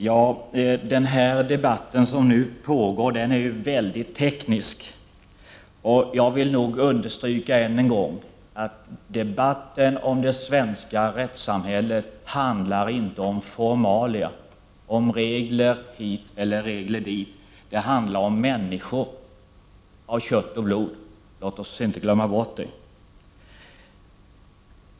Fru talman! Den debatt som nu pågår är mycket teknisk. Jag vill därför än en gång understryka att debatten om det svenska rättssamhället inte handlar om formalia och om regler hit eller dit, utan den handlar om människor av kött och blod. Låt oss inte glömma bort det.